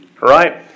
right